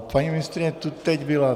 Paní ministryně tu teď byla.